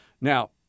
Now